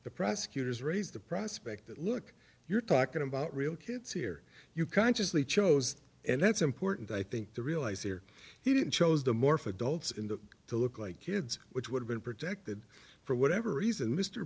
the prosecutors raised the prospect that look you're talking about real kids here you consciously chose and that's important i think to realize here he didn't chose to morph adults in the to look like kids which would have been protected for whatever reason mr